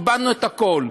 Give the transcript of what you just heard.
איבדנו את הכול.